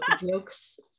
jokes